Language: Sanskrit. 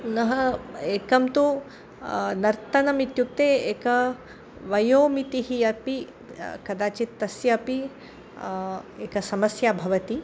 पुनः एकं तु नर्तनम् इत्युक्ते एका वयोमितिः अपि कदाचित् तस्यापि एका समस्या भवति